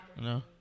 No